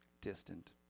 distant